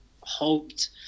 hoped